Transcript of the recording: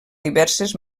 diverses